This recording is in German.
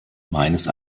meines